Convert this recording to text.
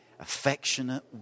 affectionate